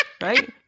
Right